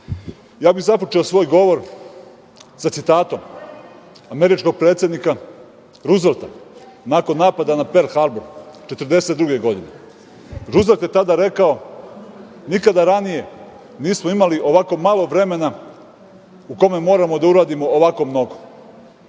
bih svoj govor sa citatom američkog predsednika Ruzvelta. Nakon napada na Perl Harbor 1942. godine, Ruzvelt je tada rekao: „Nikada ranije nismo imali ovako malo vremena u kome moramo da uradimo ovako mnogo“.